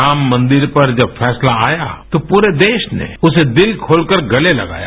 राम मंदिर पर जब फैसला आया तो पूरे देश ने उसे दिल खोलकर गले लगाया